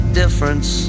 difference